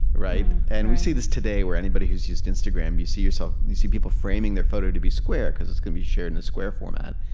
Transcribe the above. right? and we see this today where anybody who's used instagram, you see yourself you see people framing their photo to be square because it's going to be shared in a square format,